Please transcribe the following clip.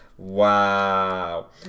wow